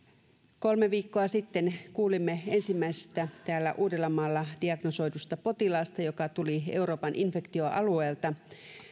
kolme viikkoa sitten kuulimme ensimmäisestä täällä uudellamaalla diagnosoidusta potilaasta joka tuli euroopan infektioalueelta